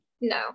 No